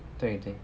对对